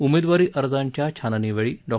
उमेदवारी अर्जांच्या छाननीवेळी डॉ